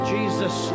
Jesus